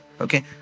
Okay